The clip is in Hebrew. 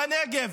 בנגב,